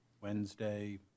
Wednesday